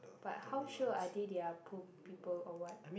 but how sure are they they are poor people or what